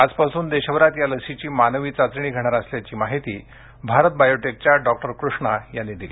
आजपासून देशभरात या लसीची मानवी चाचणी घेणार असल्याची माहिती भारत बायोटेकच्या डॉक्टर कृष्णा यांनी दिली